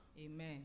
Amen